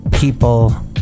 People